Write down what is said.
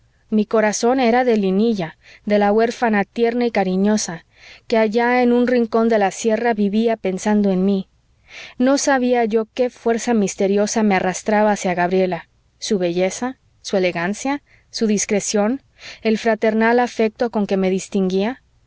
mi corazón era de linilla de la huérfana tierna y cariñosa que allá en un rincón de la sierra vivía pensando en mí no sabia yo qué fuerza misteriosa me arrastraba hacía gabriela su belleza su elegancia su discreción el fraternal afecto con que me distinguía